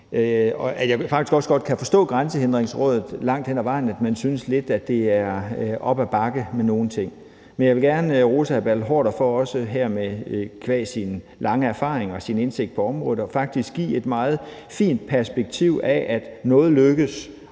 og jeg kan faktisk også godt forstå, at man i Grænsehindringsrådet langt hen ad vejen synes, det er lidt op ad bakke med nogle ting, men jeg vil gerne rose hr. Bertel Haarder for også her qua sin lange erfaring og sin indsigt på området faktisk at give et meget fint perspektiv af, at noget lykkes